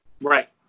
right